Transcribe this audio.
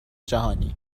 جهانی